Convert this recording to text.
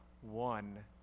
One